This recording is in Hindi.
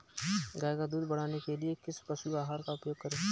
गाय का दूध बढ़ाने के लिए किस पशु आहार का उपयोग करें?